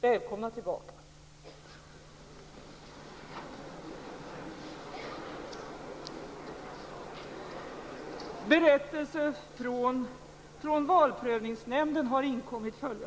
Välkomna tillbaka!